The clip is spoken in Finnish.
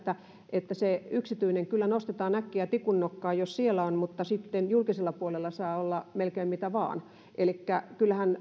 että se yksityinen kyllä nostetaan äkkiä tikunnokkaan jos siellä on puutteita mutta sitten julkisella puolella saa olla melkein mitä vain elikkä kyllähän